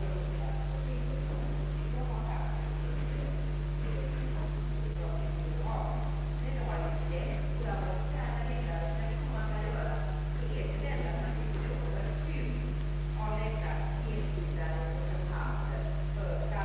Dessutom tvingar man departementet att utmäta en mycket kort remisstid för de myndigheter som skall höras.